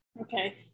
Okay